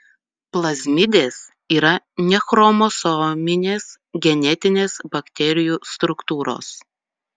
plazmidės yra nechromosominės genetinės bakterijų struktūros